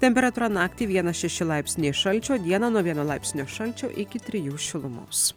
temperatūra naktį vienas šeši laipsniai šalčio dieną nuo vieno laipsnio šalčio iki trijų šilumos